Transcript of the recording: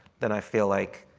then i feel like,